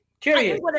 Curious